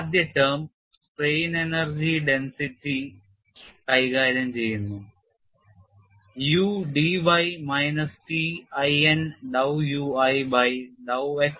ആദ്യ term strain energy density കൈകാര്യം ചെയ്യുന്നു U dy minus T i n dow u i by dow x into ds